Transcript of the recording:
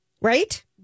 right